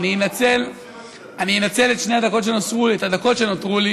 אני אנצל את שתי הדקות שנותרו לי